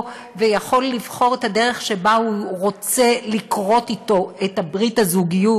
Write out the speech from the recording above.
ויכול לבחור את הדרך שבה הוא רוצה לכרות אתו את ברית הזוגיות,